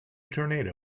tornado